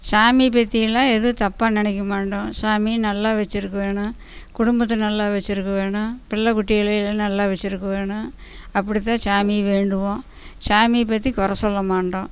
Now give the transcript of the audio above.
சாமி பற்றியெல்லாம் எதுவும் தப்பாக நினைக்க மாட்டோம் சாமி நல்லா வைச்சுருக்க வேணும் குடும்பத்தை நல்லா வைச்சுருக்க வேணும் பிள்ளை குட்டிகளை எல்லாம் நல்லா வைச்சுருக்க வேணும் அப்படித்தான் சாமியை வேண்டுவோம் சாமியை பற்றி குறை சொல்ல மாட்டோம்